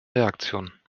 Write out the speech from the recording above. reaktion